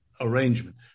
arrangement